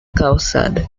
calçada